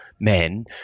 men